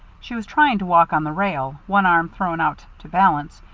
she was trying to walk on the rail, one arm thrown out to balance,